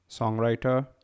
songwriter